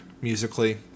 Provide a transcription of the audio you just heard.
musically